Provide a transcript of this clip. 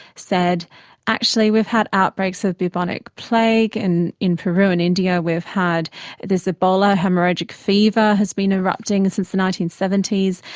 said actually we've had outbreaks of bubonic plague in in peru and india, we've had ebola, haemorrhagic fever has been erupting and since the nineteen seventy s,